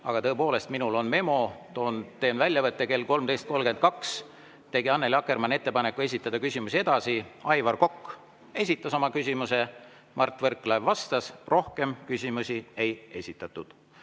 Aga tõepoolest, minul on memo, teen väljavõtte. Kell 13.32 tegi Annely Akkermann ettepaneku esitada küsimusi edasi. Aivar Kokk esitas oma küsimuse. Mart Võrklaev vastas. Rohkem küsimusi ei esitatud.